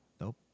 Nope